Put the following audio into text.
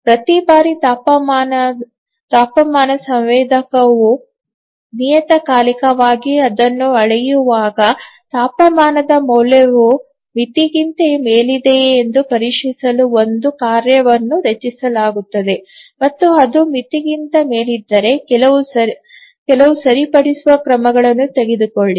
ಪ್ರತಿ ಬಾರಿ ತಾಪಮಾನ ಸಂವೇದಕವು ನಿಯತಕಾಲಿಕವಾಗಿ ಅದನ್ನು ಅಳೆಯುವಾಗ ತಾಪಮಾನದ ಮೌಲ್ಯವು ಮಿತಿಗಿಂತ ಮೇಲಿದೆಯೇ ಎಂದು ಪರೀಕ್ಷಿಸಲು ಒಂದು ಕಾರ್ಯವನ್ನು ರಚಿಸಲಾಗುತ್ತದೆ ಮತ್ತು ಅದು ಮಿತಿಗಿಂತ ಮೇಲಿದ್ದರೆ ಕೆಲವು ಸರಿಪಡಿಸುವ ಕ್ರಮಗಳನ್ನು ತೆಗೆದುಕೊಳ್ಳಿ